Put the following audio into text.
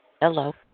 Hello